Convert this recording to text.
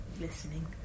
listening